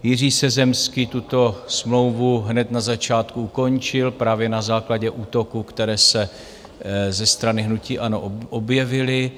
Jiří Sezemský tuto smlouvu hned na začátku ukončil právě na základě útoků, které se ze strany hnutí ANO objevily.